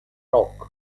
rock